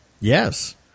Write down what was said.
Yes